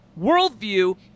worldview